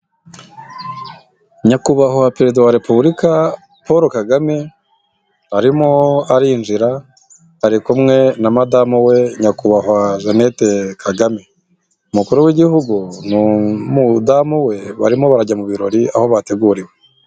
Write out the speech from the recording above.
Nyakubahwa Perezida wa Repubulika Paul Kagame arimo arinjira ari kumwe na madamu we Nyakubahwa Jeannette Kagame, Umukuru w'igihugu n'umudamu we barimo barajya mu birori aho bateguriwe.